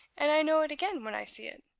and i know it again when i see it.